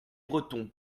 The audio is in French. breton